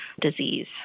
disease